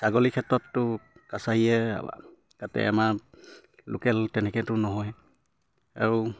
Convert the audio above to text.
ছাগলী ক্ষেত্ৰততো কাছাৰীয়ে তাতে আমাৰ লোকেল তেনেকেতো নহয় আৰু